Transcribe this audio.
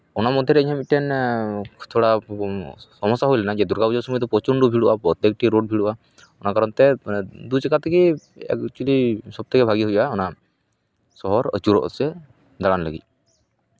ᱚᱱᱟ ᱢᱚᱫᱽᱫᱷᱮ ᱨᱮ ᱤᱧ ᱦᱚᱸ ᱢᱤᱫᱴᱮᱱ ᱛᱷᱚᱲᱟ ᱥᱚᱢᱚᱥᱥᱟ ᱦᱩᱭ ᱞᱮᱱᱟ ᱫᱩᱨᱜᱟ ᱯᱩᱡᱟ ᱥᱚᱢᱚᱭ ᱫᱚ ᱯᱨᱚᱪᱚᱱᱰᱚ ᱵᱷᱤᱲᱚᱜᱼᱟ ᱯᱨᱚᱛᱛᱮᱠ ᱴᱤ ᱨᱳᱰ ᱵᱷᱤᱲᱚᱜᱼᱟ ᱚᱱᱟ ᱠᱟᱨᱚᱱ ᱛᱮ ᱫᱩᱭ ᱪᱟᱠᱟ ᱛᱮᱜᱮ ᱮᱠ ᱡᱩᱫᱤ ᱥᱚᱵᱽ ᱛᱷᱮᱠᱮ ᱵᱷᱟᱹᱜᱤ ᱦᱩᱭᱩᱜᱼᱟ ᱚᱱᱟ ᱥᱚᱦᱚᱨ ᱟᱹᱪᱩᱨᱚᱜ ᱥᱮ ᱫᱟᱬᱟᱱ ᱞᱟᱹᱜᱤᱫ